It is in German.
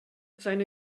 seine